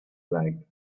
flag